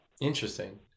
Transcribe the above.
Interesting